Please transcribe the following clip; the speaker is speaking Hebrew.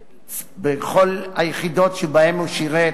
בכל היחידות שבהן הוא שירת,